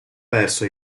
perso